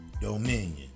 dominion